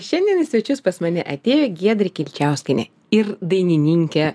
šiandien į svečius pas mane atėjo giedrė kilčiauskienė ir dainininkė